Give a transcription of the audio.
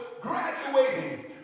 graduating